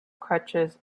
crutches